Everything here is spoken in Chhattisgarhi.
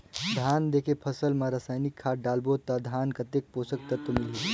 धान देंके फसल मा रसायनिक खाद डालबो ता धान कतेक पोषक तत्व मिलही?